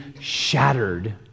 shattered